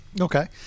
Okay